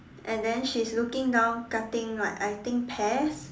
and then she is looking down cutting like I think pears